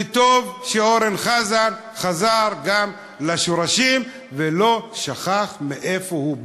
וטוב שאורן חזן חזר גם לשורשים ולא שכח מאיפה הוא בא.